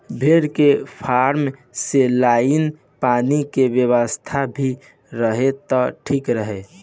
भेड़ के फार्म में लाइन पानी के व्यवस्था भी रहे त ठीक रही